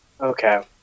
okay